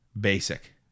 basic